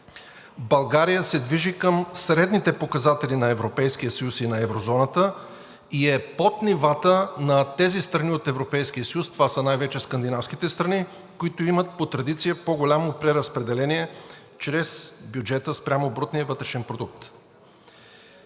България се движи към средните показатели на Европейския съюз и на еврозоната и е под нивата на тези страни от Европейския съюз – това са най-вече скандинавските страни, които имат по традиция по голямо преразпределение чрез бюджета спрямо брутния вътрешен продукт.